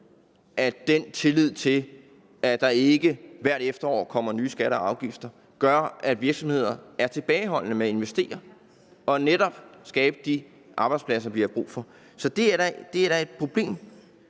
manglende tillid til, at der ikke hvert efterår kommer nye skatter og afgifter, gør, at virksomheder er tilbageholdende med at investere og netop skabe de arbejdspladser, vi har brug for. Så det er da et problem.